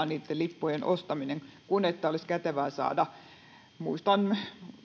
niitten lippujen ostaminen on jopa tuskaisen hankalaa kun olisi kätevää saada niin muistan